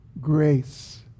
grace